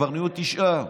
נהיו כבר תשעה,